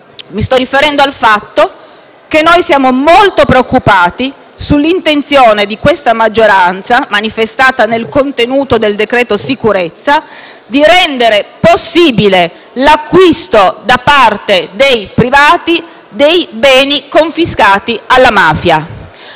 Mi sto riferendo al fatto che siamo molto preoccupati in merito all'intenzione di questa maggioranza, manifestata nel contenuto del decreto sicurezza, di rendere possibile l'acquisto da parte dei privati dei beni confiscati alla mafia.